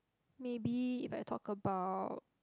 maybe if I talk about